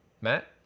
Matt